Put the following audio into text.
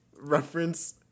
reference